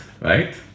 right